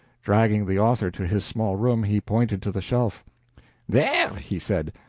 dragging the author to his small room, he pointed to the shelf there, he said,